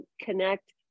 connect